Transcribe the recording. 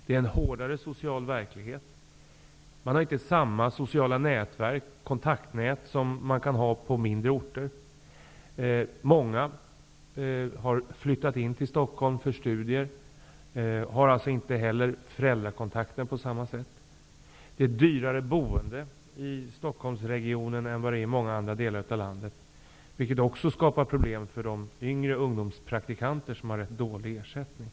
Det är en hårdare social verklighet. Det finns inte samma sociala nätverk, kontaktnät, som finns på mindre orter. Många har flyttat till Stockholm för att studera. De har alltså inte föräldrakontakt på samma sätt som tidigare. Boendet är dyrare i Stockholmsregionen än i många andra delar av landet, vilket skapar problem för de yngre ungdomspraktikanter som har rätt dålig ersättning.